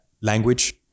language